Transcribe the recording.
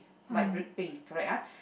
like brick pink correct ah